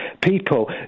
people